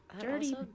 Dirty